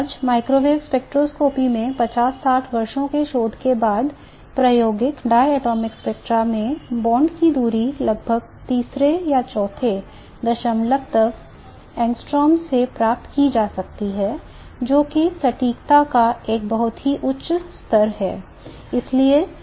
आज microwave spectroscopy में 50 60 वर्षों के शोध के बाद प्रायोगिक डायटोमिक स्पेक्ट्रा में बॉन्ड की दूरी लगभग तीसरे या चौथे दशमलव तक एंगस्ट्रॉम में प्राप्त की जा सकती है जो कि सटीकता का एक बहुत ही उच्च स्तर है